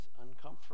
uncomfortable